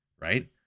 right